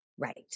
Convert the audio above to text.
right